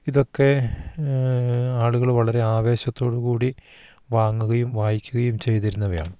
ഇതൊക്കെ ആളുകൾ വളരെ ആവേശത്തോടുകൂടി വാങ്ങുകയും വായിക്കുകയും ചെയ്തിരുന്നവയാണ്